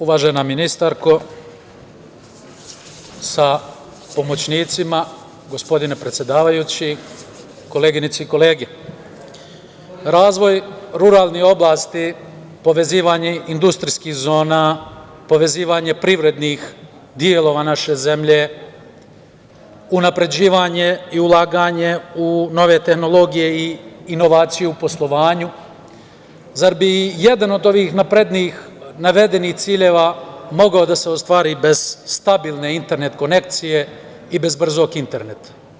Uvažena ministarko sa pomoćnicima, gospodine predsedavajući, koleginice i kolege, razvoj ruralnih oblasti, povezivanje industrijskih zona, povezivanje privrednih delova naše zemlje, unapređivanje i ulaganje u nove tehnologije i inovacije u poslovanju, zar bi i jedan od ovih navedenih ciljeva mogao da se ostvari bez stabilne internet konekcije i bez brzog interneta?